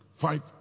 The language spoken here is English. Fight